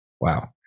wow